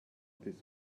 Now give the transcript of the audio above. this